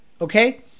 Okay